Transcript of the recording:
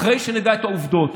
אחרי שנדע את העובדות,